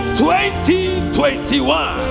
2021